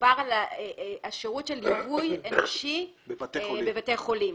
דובר על השירות של ליווי אנושי בבתי חולים,